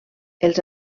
els